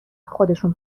خودشون